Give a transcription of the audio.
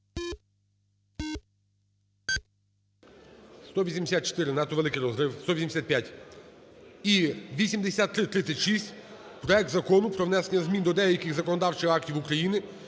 184. Надто великий розрив. 185. І 8336: проект Закону про внесення змін до деяких законодавчих актів України